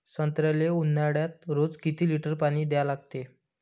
संत्र्याले ऊन्हाळ्यात रोज किती लीटर पानी द्या लागते?